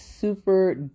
super